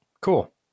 cool